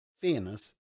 fairness